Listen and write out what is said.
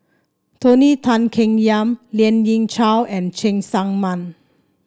Tony Tan Keng Yam Lien Ying Chow and Cheng Tsang Man